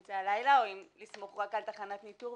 באמצע הלילה או לסמוך רק על תחנת הניטור.